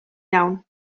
iawn